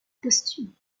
posthume